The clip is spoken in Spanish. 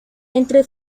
entre